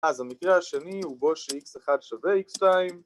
אז המקרה השני הוא בו ש-x1 = x2